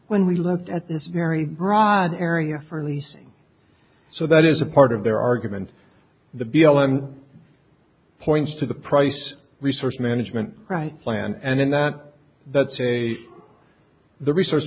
when we looked at this very broad area for leasing so that is a part of their argument the b l m points to the price resource management right plan and in that that's a the resource